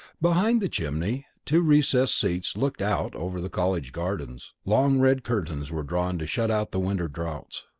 behind the chimney two recessed seats looked out over the college gardens long red curtains were drawn to shut out the winter draughts.